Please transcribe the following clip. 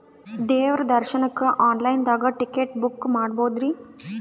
ದೇವ್ರ ದರ್ಶನಕ್ಕ online ದಾಗ ಟಿಕೆಟ ಬುಕ್ಕ ಮಾಡ್ಬೊದ್ರಿ?